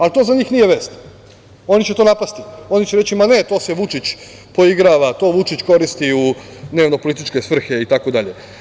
Ali, to za njih nije vest, oni će to napasti, oni će reći – ma, ne to se Vučić poigrava, to Vučić koristi u dnevno političke svrhe i tako dalje.